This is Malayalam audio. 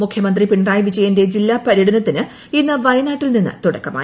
മുഖ്യമന്ത്രി പിണറായി വിജയന്റെ ജില്ലാ പര്യടനത്തിന് ഇന്ന് വയനാട്ടിൽനിന്ന് തുടക്കമായി